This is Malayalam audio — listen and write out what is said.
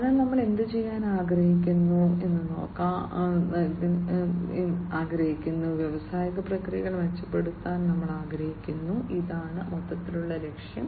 അതിനാൽ ഞങ്ങൾ എന്തുചെയ്യാൻ ആഗ്രഹിക്കുന്നു വ്യാവസായിക പ്രക്രിയകൾ മെച്ചപ്പെടുത്താൻ ഞങ്ങൾ ആഗ്രഹിക്കുന്നു ഇതാണ് മൊത്തത്തിലുള്ള ലക്ഷ്യം